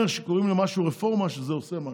כשקוראים למשהו "רפורמה" זה לא אומר שזה עושה משהו,